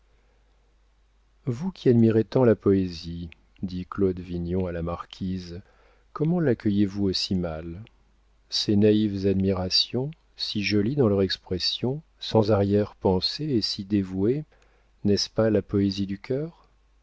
vous qui admirez tant la poésie dit claude vignon à la marquise comment laccueillez vous aussi mal ces naïves admirations si jolies dans leur expression sans arrière-pensée et si dévouées n'est-ce pas la poésie du cœur